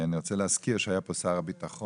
אני רוצה להזכיר שהיה פה שר הביטחון,